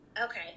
Okay